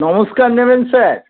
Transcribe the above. নমস্কার নেবেন স্যার